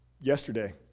yesterday